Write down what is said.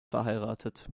verheiratet